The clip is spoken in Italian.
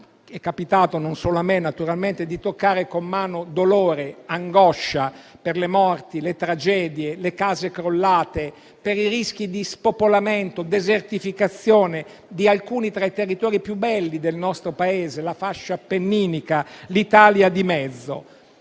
è capitato, e non solo a me naturalmente, di toccare con mano dolore, angoscia per le morti, le tragedie, le case crollate, per i rischi di spopolamento e desertificazione di alcuni tra i territori più belli del nostro Paese, la fascia appenninica, l'Italia di mezzo.